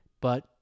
But